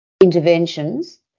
interventions